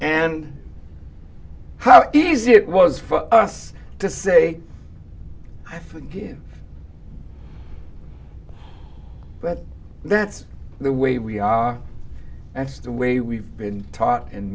and how easy it was for us to say i forgive but that's the way we are and the way we've been taught